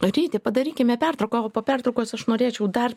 ryti padarykime pertrauką o po pertraukos aš norėčiau dar